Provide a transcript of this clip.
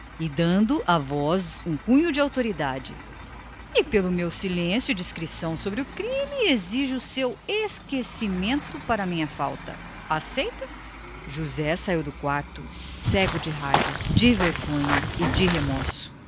e dando à voz um cunho particular de autoridade apenas pelo meu silêncio sobre o crime exijo em troca o seu para a minha culpa aceita josé saiu do quarto cego de cólera de vergonha e de remorso